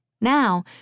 Now